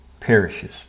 perishes